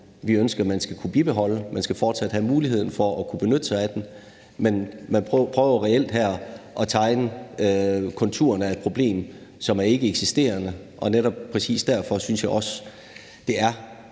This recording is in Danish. vi ønsker man skal kunne bibeholde, man skal fortsat have muligheden for at kunne benytte sig af den, men man prøver reelt her at tegne konturerne af et problem, som er ikkeeksisterende. Og netop præcis derfor synes jeg også, at det er